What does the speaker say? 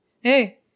hey